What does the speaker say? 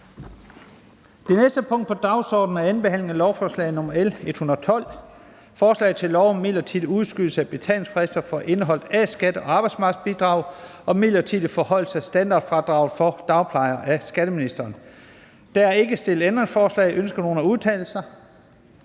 Det næste punkt på dagsordenen er: 9) 2. behandling af lovforslag nr. L 112: Forslag til lov om midlertidig udskydelse af betalingsfrister for indeholdt A-skat og arbejdsmarkedsbidrag og midlertidig forhøjelse af standardfradraget for dagplejere. Af skatteministeren (Jeppe Bruus). (Fremsættelse